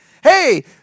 Hey